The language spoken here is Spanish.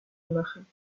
imagen